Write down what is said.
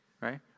Right